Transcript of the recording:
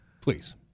please